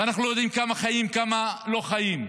ואנחנו לא יודעים כמה חיים וכמה לא חיים.